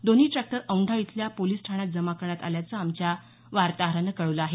दोन्ही ट्रॅक्टर औंढा इथंल्या पोलीस ठाण्यात जमा करण्यात आल्याचं आमच्या वार्ताहरानं कळवलं आहे